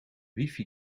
wifi